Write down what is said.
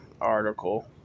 article